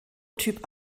typ